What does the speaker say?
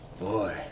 Boy